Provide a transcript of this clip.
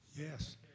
Yes